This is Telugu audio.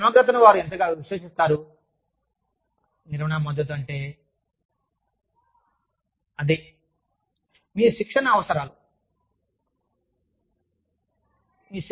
మీ సమగ్రతను వారు ఎంతగా విశ్వసిస్తారు అంటే నిర్వహణ మద్దతు అంటే